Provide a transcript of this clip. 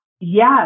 yes